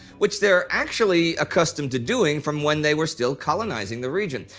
which they're actually accustomed to doing from when they were still colonizing the region.